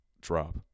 drop